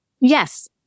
Yes